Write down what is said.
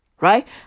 Right